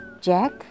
Jack